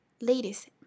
Ladies